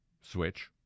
switch